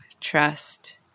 trust